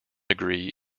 degree